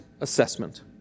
assessment